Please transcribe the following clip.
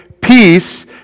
Peace